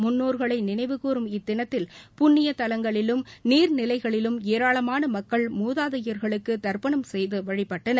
முன்னோர்களைநினைவுகூறும் இத்தினத்தில் புண்ணியதலங்களிலும் நீர்நிலைகளிலும் ஏராளமானமக்கள் மூதாதையர்களுக்குதர்ப்பணம் செய்துவழிபட்டனர்